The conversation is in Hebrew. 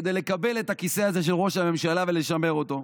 כדי לקבל את הכיסא הזה של ראש הממשלה ולשמר אותו?